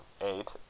eight